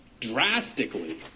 drastically